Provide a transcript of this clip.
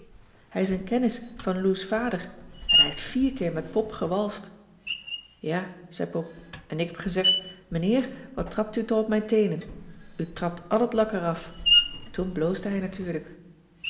hij is een kennis van lou's vader en hij heeft vier keer met pop gewalst ja zei pop en ik heb gezegd mijnheer wat trapt u toch op mijn teenen u trapt al het lak er af toen bloosde hij natuurlijk